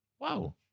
Wow